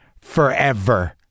forever